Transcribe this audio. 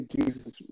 Jesus